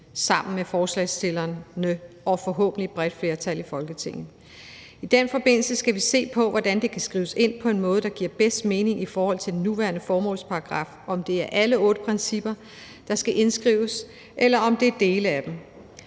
sammen med forslagsstillerne og forhåbentlig et bredt flertal i Folketinget. I den forbindelse skal vi se på, hvordan det kan skrives ind på en måde, der giver bedst mening i forhold til den nuværende formålsparagraf, altså om det er alle otte principper, der skal indskrives, eller om det er dele af dem.